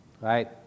right